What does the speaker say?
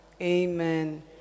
Amen